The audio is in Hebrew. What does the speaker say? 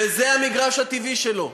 וזה המגרש הטבעי שלו,